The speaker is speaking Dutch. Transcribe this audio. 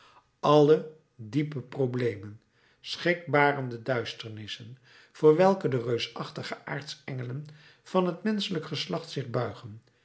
alle diepe problemen schrikbarende duisternissen voor welke de reusachtige aartsengelen van het menschelijk geslacht zich buigen